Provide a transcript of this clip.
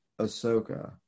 Ahsoka